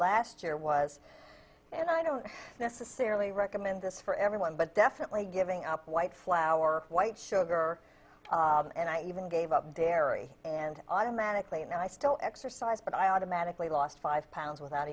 last year was and i don't necessarily recommend this for everyone but definitely giving up white flour white sugar and i even gave up there and automatically and i still exercise but i automatically lost five pounds without